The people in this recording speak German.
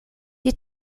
die